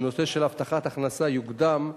נושא הבטחת ההכנסה יוקדם,